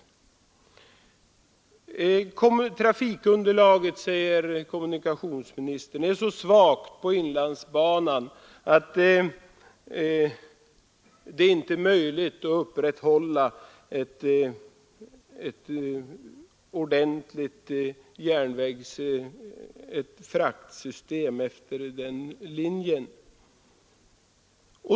Trafikunderlaget, säger kommunikationsministern, är så svagt på inlandsbanan att det inte är möjligt att upprätthålla ett ordentligt fraktsystem på den linjen.